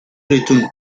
retourne